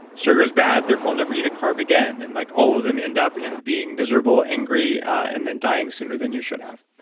sugar's bad, therefore, i'll never eat a carb again. and like all of them end up in being miserable, angry, and then dying sooner than you should have.